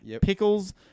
pickles